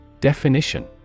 Definition